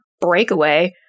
breakaway